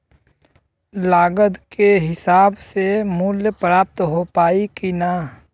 लागत के हिसाब से मूल्य प्राप्त हो पायी की ना?